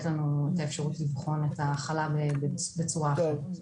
לנו את האפשרות לבחון את ההחלה בצורה אחרת.